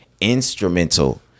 instrumental